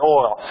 oil